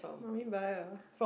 mummy buy ah